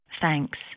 Thanks